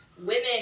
women